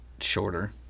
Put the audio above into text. shorter